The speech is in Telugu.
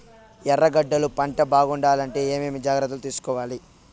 ఎర్రగడ్డలు పంట బాగుండాలంటే ఏమేమి జాగ్రత్తలు తీసుకొవాలి?